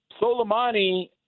Soleimani